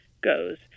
goes